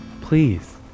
Please